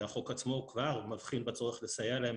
שהחוק עצמו הוא כבר מתחיל בצורך לסייע להם,